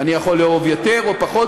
אני יכול לאהוב יותר או פחות,